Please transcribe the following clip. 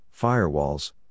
firewalls